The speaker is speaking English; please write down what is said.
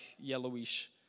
yellowish